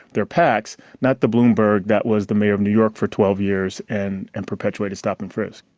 their pacts, not the bloomberg that was the mayor of new york for twelve years and and perpetuated stop and frisk.